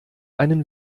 einen